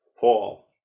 Paul